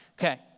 okay